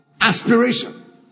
aspiration